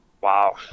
Wow